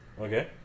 Okay